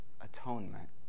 atonement